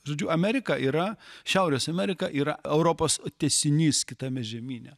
žodžiu amerika yra šiaurės amerika yra europos tęsinys kitame žemyne